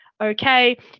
Okay